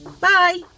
Bye